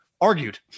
argued